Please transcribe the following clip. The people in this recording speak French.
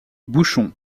bouchon